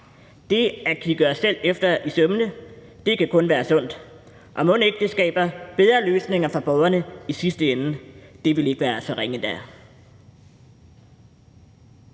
Det at kigge os selv efter i sømmene kan kun være sundt, og mon ikke det skaber bedre løsninger for borgerne i sidste ende? Det ville ikke være så ringe